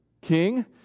king